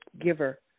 giver